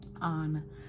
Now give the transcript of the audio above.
on